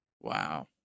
Wow